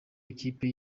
ikipe